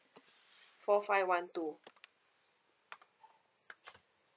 four five one two